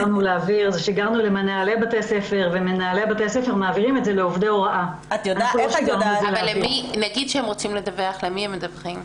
אם הם רוצים לדווח, למי הם מדווחים?